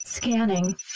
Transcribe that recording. Scanning